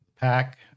pack